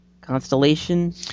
Constellation